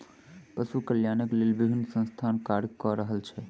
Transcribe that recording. पशु कल्याणक लेल विभिन्न संस्थान कार्य क रहल अछि